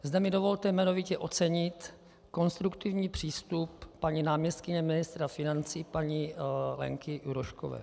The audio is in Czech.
Zde mi dovolte jmenovitě ocenit konstruktivní přístup paní náměstkyně ministra financí Lenky Juroškové.